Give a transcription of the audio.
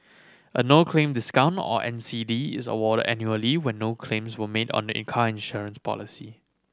a no claim discount or N C D is awarded annually when no claims were made on the in car insurance policy